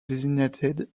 designated